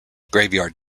graveyard